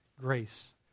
grace